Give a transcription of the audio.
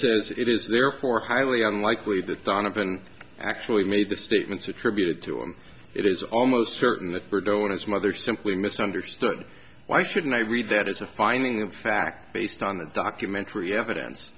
says it is therefore highly unlikely that donovan actually made the statements attributed to him it is almost certain that we're going to smother simply misunderstood why shouldn't i read that as a finding of fact based on the documentary evidence